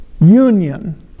union